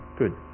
good